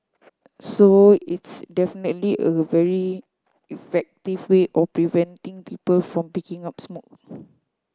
so it's definitely a very effective way of preventing people from picking up smoking